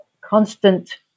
constant